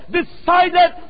decided